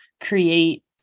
create